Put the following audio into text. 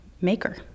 maker